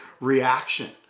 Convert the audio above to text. reaction